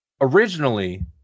Originally